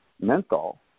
menthol